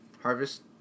Harvest